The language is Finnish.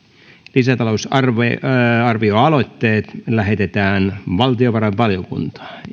lisätalousarvioaloitteet lähetetään valtiovarainvaliokuntaan